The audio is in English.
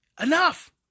enough